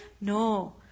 No